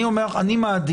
אני אומר לך שאני מעדיף,